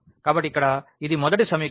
కాబట్టి ఇక్కడ ఇది మొదటి సమీకరణం x 2y 4